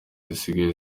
zisigaye